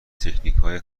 تکنیکهای